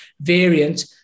variant